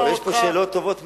יש פה שאלות טובות מאוד,